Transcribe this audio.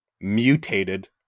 mutated